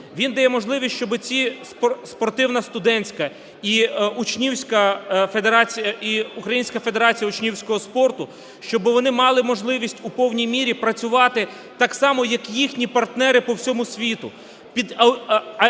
він дає можливість, щоб ці Спортивна студентська і учнівська федерація… і Українська федерація учнівського спорту, щоб вони мали можливість у повній мірі працювати так само, як їхні партнери по всьому світу,